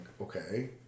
okay